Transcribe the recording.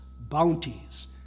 bounties